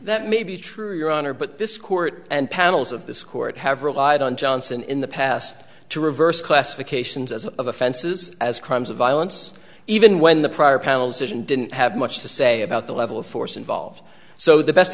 that may be true your honor but this court and panels of this court have relied on johnson in the past to reverse classifications of offenses as crimes of violence even when the prior panels and didn't have much to say about the level of force involved so the best